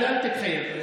אל תתחייב.